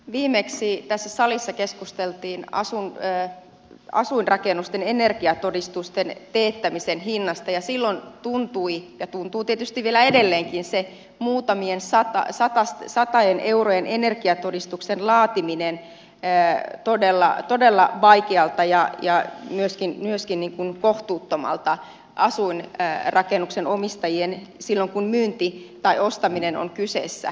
viimeksi tässä salissa keskusteltiin asuinrakennusten energiatodistusten teettämisen hinnasta ja silloin tuntui ja tuntuu tietysti vielä edelleenkin se muutamien satojen eurojen energiatodistuksen laatiminen todella vaikealta ja myöskin kohtuuttomalta asuinrakennuksen omistajien kannalta silloin kun myynti tai ostaminen on kyseessä